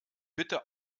bitte